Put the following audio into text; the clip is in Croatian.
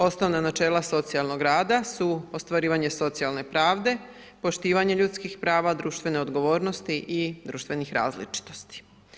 Osnovna načela socijalnog rada su ostvarivanje socijalne pravde, poštivanje ljudskih prava, društvene odgovornosti i društvenih različitosti.